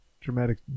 dramatic